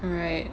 alright